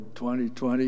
2020